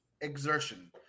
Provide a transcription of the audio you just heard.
exertion